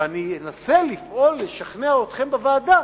ואני אנסה לפעול לשכנע אתכם בוועדה